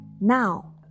Now